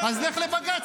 אז לך לבג"ץ.